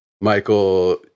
Michael